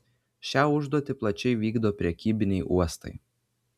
šią užduotį plačiai vykdo prekybiniai uostai